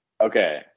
Okay